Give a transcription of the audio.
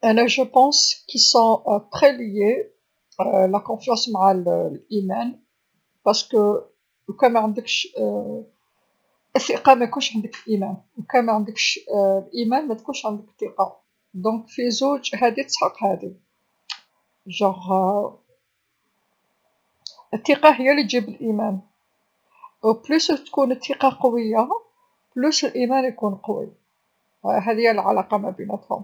﻿أنا جوبونس كي سون تخي ليي لا كونفيونس مع الإيمان. بارسكو لوكان ماعندكش الثقة ما يكونش عندك الإيمان. لوكان معندكش الإيمان ماتكونش عندك الثقة، دونك في زوج هاذي تسحق هاذي. جونغ الثقة هي لتجيب الإيمان، بلوس تكون ثقة قوية بلوس الإيمان يكون قوي. هاذي هي العلاقة ما بينتاهم.